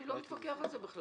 אני לא מתווכח על זה בכלל.